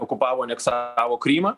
okupavo aneksavo krymą